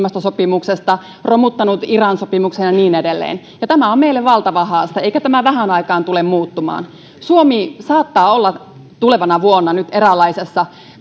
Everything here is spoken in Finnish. ilmastosopimuksesta romuttanut iran sopimuksen ja niin edelleen ja tämä on meille valtava haaste eikä tämä vähään aikaan tule muuttumaan suomi saattaa olla tulevana vuonna nyt eräänlaisessa